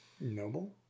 noble